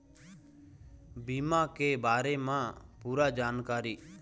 बीमा के बारे म पूरा जानकारी?